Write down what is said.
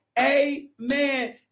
amen